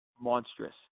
monstrous